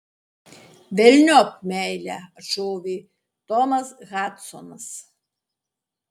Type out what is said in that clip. velniop meilę atšovė tomas hadsonas